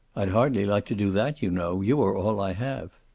i'd hardly like to do that, you know. you are all i have.